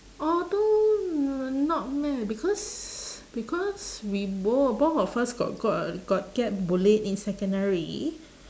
although uh not mad because because we both both of us got got got get bullied in secondary